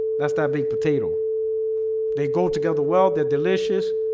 that's that big potato they go together. well, they're delicious.